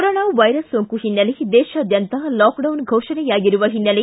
corona virus ಸೋಂಕು ಹಿನ್ನೆಲೆ ದೇತಾದ್ಯಂತ ಲಾಕ್ಡೌನ್ ಫೋಷಣೆಯಾಗಿರುವ ಹಿನ್ನೆಲೆ